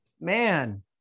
Man